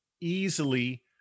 easily